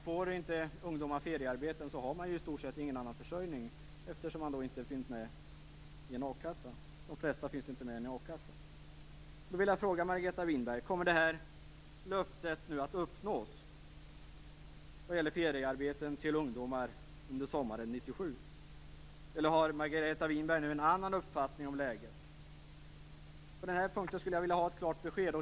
Får inte ungdomarna feriearbeten, har de i stort sett ingen annan försörjning - eftersom de flesta inte finns med i en a-kassa. Kommer löftet om feriearbeten till ungdomar under sommaren 1997 att uppnås? Har Margareta Winberg en annan uppfattning om läget? På den här punkten vill jag ha ett klart besked.